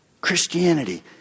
Christianity